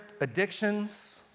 addictions